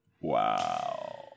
wow